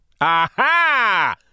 Aha